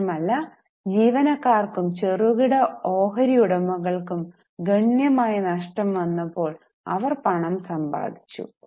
മാത്രമല്ല ജീവനക്കാർക്കും ചെറുകിട ഓഹരി ഉടമകൾക്കും ഗണ്യമായി നഷ്ടം വന്നപ്പോൾ അവർ പണം സമ്പാദിച്ചു